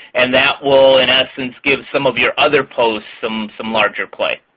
and that will, in essence, give some of your other posts some some larger play.